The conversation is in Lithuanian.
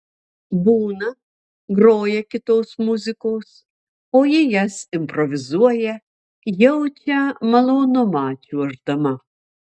būna groja kitos muzikos o ji jas improvizuoja jaučia malonumą čiuoždama